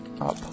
up